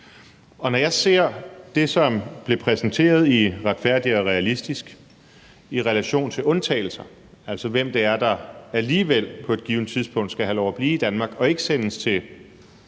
Og når jeg ser det, som blev præsenteret i »Retfærdig og Realistisk« i relation til undtagelser, altså hvem det er, der alligevel på et givet tidspunkt skal have lov at blive i Danmark og ikke sendes til